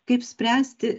kaip spręsti